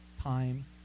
time